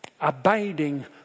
abiding